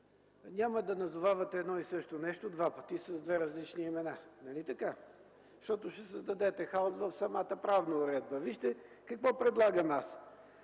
няма да назовавате едно и също нещо два пъти с две различни имена, нали така? Защото ще създадете хаос в самата правна уредба. Вижте какво предлагам аз: